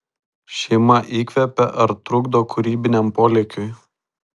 šeima įkvepia ar trukdo kūrybiniam polėkiui